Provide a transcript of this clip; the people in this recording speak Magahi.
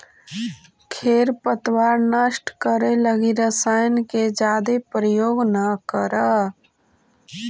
खेर पतवार नष्ट करे लगी रसायन के जादे प्रयोग न करऽ